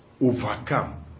overcome